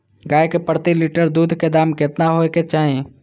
गाय के प्रति लीटर दूध के दाम केतना होय के चाही?